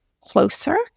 closer